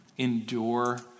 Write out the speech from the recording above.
Endure